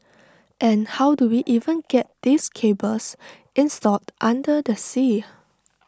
and how do we even get these cables installed under the sea